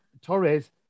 Torres